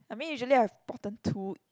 I mean usually I have bottom too